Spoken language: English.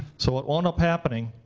so what wound up happening,